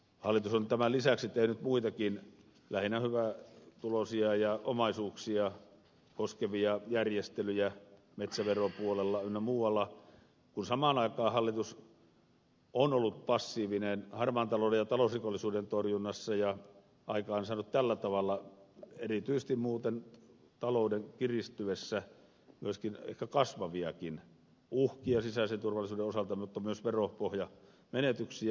hallitus on tämän lisäksi tehnyt muitakin lähinnä hyvätuloisia ja omaisuuksia koskevia järjestelyjä metsäveropuolella ynnä muualla kun samaan aikaan hallitus on ollut passiivinen harmaan talouden ja talousrikollisuuden torjunnassa ja aikaansaanut tällä tavalla erityisesti muuten talouden kiristyessä myöskin ehkä kasvaviakin uhkia sisäisen turvallisuuden osalta mutta myös veropohjan menetyksiä